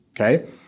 Okay